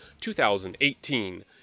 2018